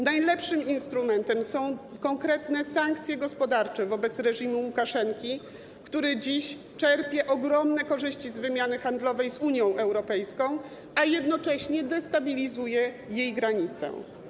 Najlepszym instrumentem są konkretne sankcje gospodarcze wobec reżimu Łukaszenki, który dziś czerpie ogromne korzyści z wymiany handlowej z Unią Europejską, a jednocześnie destabilizuje jej granicę.